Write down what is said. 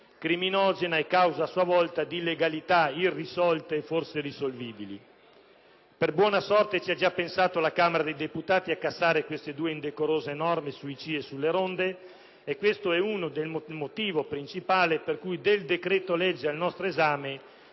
criminogena e causa, a sua volta, di illegalità irrisolte e forse irrisolvibili. Per buona sorte, ci ha già pensato la Camera dei deputati a cassare queste due indecorose norme su i CIE e sulle ronde. Questo è il motivo principale per cui del decreto‑legge al nostro esame